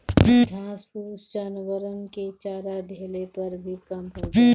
घास फूस जानवरन के चरा देहले पर भी कम हो जाला